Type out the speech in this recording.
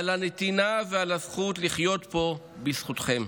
על הנתינה ועל הזכות לחיות פה בזכותכם.